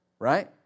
Right